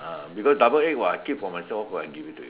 ah because double egg [what] I keep for myself what for I give it to you